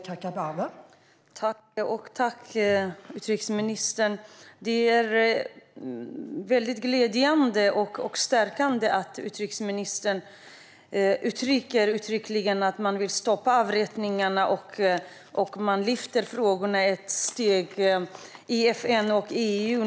Fru ålderspresident! Tack, utrikesministern! Det är väldigt glädjande och stärkande att utrikesministern uttryckligen säger att man vill stoppa avrättningarna och att man lyfter upp frågorna ett steg i FN och EU.